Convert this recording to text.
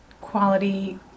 quality